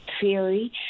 theory